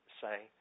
say